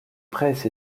presse